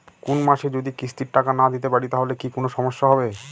কোনমাসে যদি কিস্তির টাকা না দিতে পারি তাহলে কি কোন সমস্যা হবে?